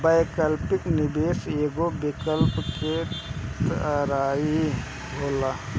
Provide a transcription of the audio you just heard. वैकल्पिक निवेश एगो विकल्प के तरही होला